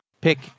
pick